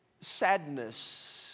sadness